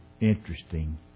interesting